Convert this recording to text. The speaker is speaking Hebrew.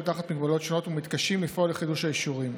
תחת מגבלות שונות ומתקשים לפעול לחידוש האישורים.